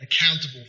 accountable